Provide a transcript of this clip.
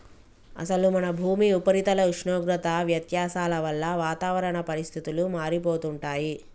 అసలు మన భూమి ఉపరితల ఉష్ణోగ్రత వ్యత్యాసాల వల్ల వాతావరణ పరిస్థితులు మారిపోతుంటాయి